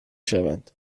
شوند